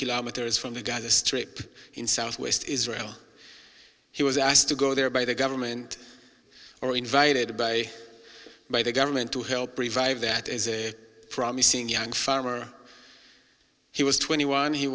kilometers from the gaza strip in southwest israel he was asked to go there by the government or invited by by the government to help revive that is a promising young farmer he was twenty one he